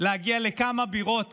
להגיע לכמה בירות